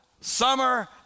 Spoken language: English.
summer